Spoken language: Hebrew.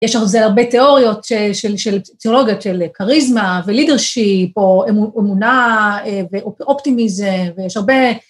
יש על זה הרבה תיאוריות ציולוגיות של קריזמה ולידרשיפ או אמונה ואופטימיזם ויש הרבה.